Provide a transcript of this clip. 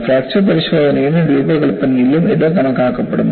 fracture പരിശോധനയിലും രൂപകൽപ്പനയിലും ഇത് കണക്കാക്കപ്പെടുന്നു